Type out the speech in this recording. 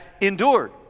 endured